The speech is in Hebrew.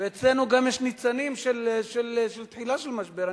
ואצלנו גם יש ניצנים של תחילה של משבר,